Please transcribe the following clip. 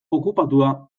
okupatua